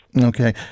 Okay